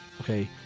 Okay